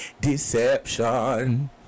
Deception